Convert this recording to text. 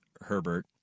Herbert